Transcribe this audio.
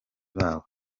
babo